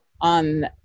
on